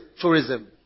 tourism